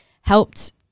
helped